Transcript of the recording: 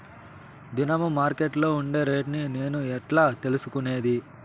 దినము మార్కెట్లో ఉండే రేట్లని నేను ఎట్లా తెలుసుకునేది?